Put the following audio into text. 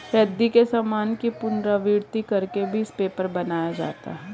रद्दी के सामान की पुनरावृति कर के भी पेपर बनाया जाता है